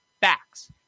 facts